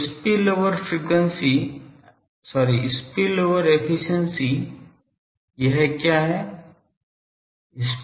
तो spill over efficiency यह क्या है